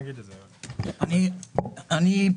בבקשה.